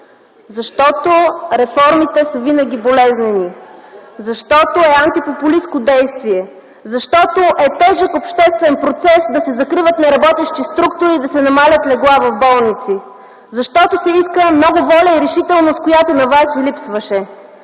Защото реформите са винаги болезнени, защото е антипопулистко действие, защото е тежък обществен процес да се закриват неработещи структури и да се намалят легла в болници, защото се иска много воля и решителност, която на Вас Ви липсваше.